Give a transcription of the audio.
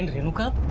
renuka,